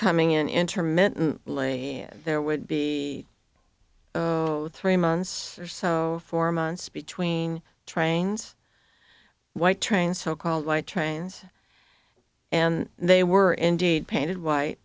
coming in intermittently there would be three months or so for months between trains white trains so called light trains and they were indeed painted white